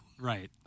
Right